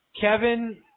Kevin